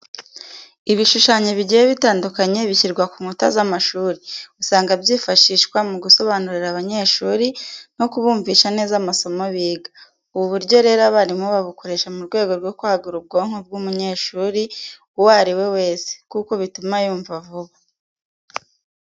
Ibishushanyo bigiye bitandukanye bishyirwa ku nkuta z'amashuri, usanga byifashishwa mu gusobanurira abanyeshuri no kubumvisha neza amasomo biga. Ubu buryo rero abarimu babukoresha mu rwego rwo kwagura ubwonko bw'umunyeshuri uwo ari we wese, kuko bituma yumva vuba.